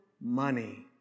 money